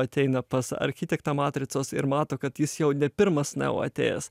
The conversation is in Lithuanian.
ateina pas architektą matricos ir mato kad jis jau ne pirmas nao atėjęs